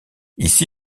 ici